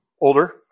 older